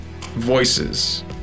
voices